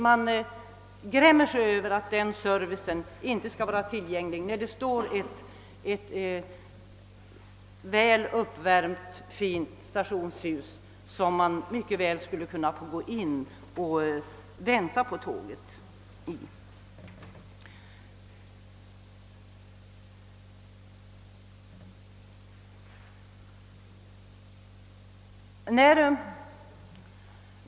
Man grämer sig över att denna ser vice inte skall vara tillgänglig, när det finns ett väl uppvärmt stationshus som man skulle kunna gå in i medan man väntar på tåget.